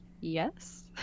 yes